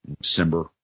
December